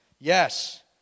Yes